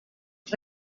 els